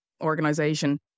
Organization